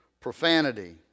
profanity